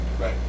Right